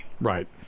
Right